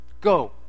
go